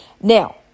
Now